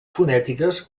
fonètiques